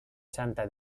santa